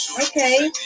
Okay